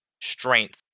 strength